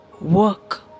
work